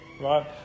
right